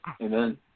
Amen